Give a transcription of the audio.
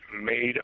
made